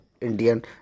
Indian